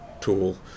tool